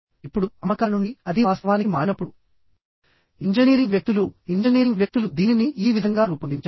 ఇప్పుడు అమ్మకాల నుండి అది వాస్తవానికి మారినప్పుడు ఇంజనీరింగ్ వ్యక్తులుఇంజనీరింగ్ వ్యక్తులు దీనిని ఈ విధంగా రూపొందించారు